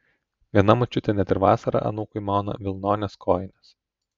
viena močiutė net ir vasarą anūkui mauna vilnones kojines